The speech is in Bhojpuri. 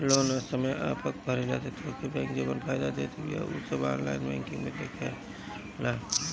लोन समय पअ भरला से तोहके बैंक जवन फायदा देत बिया उ सब ऑनलाइन बैंकिंग में देखा देला